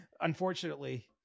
unfortunately